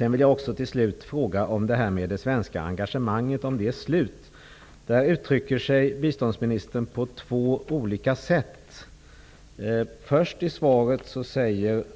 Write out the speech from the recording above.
Jag vill också till slut fråga om det svenska engagemanget är slut. Biståndsministern uttrycker sig på två olika sätt.